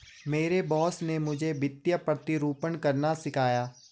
मेरे बॉस ने मुझे वित्तीय प्रतिरूपण करना सिखाया